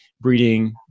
breeding